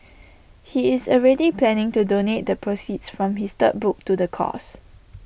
he is already planning to donate the proceeds from his third book to the cause